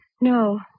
No